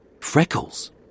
freckles